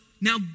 now